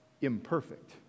imperfect